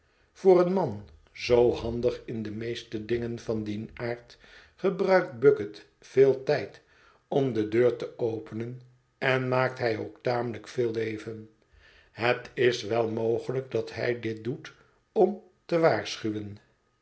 voor een man zoo handig in de meeste dingen van dien aard gebruikt bucket veel tijd om de deur te openen en maakt hij ook tamelijk veel leven het is wel mogelijk dat hij dit doet om te waarschuwen